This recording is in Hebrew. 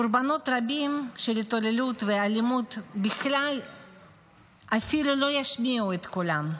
קורבנות רבים של התעללות ואלימות בכלל אפילו לא ישמיעו את קולם.